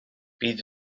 bydd